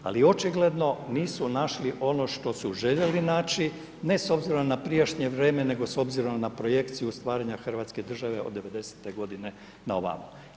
Ali očigledno nisu našli ono što su željeli naći, ne s obzirom na prijašnje vrijeme nego s obzirom na projekciju stvaranja Hrvatske države od devedesete godine na ovamo.